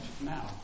now